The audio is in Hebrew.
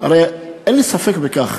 הרי אין לי ספק בכך,